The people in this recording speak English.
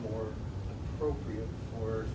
more appropriate wor